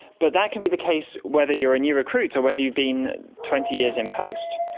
but that can be the case whether you are a new recruit or whether you've been twenty years in post.